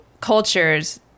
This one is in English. cultures